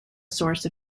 source